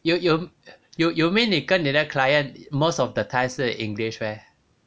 you you you you mean 你跟你的 client most of the time 是 english meh